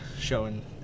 showing